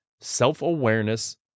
self-awareness